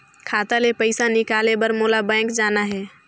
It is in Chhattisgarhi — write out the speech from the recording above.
खाता ले पइसा निकाले बर मोला बैंक जाना हे?